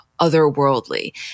otherworldly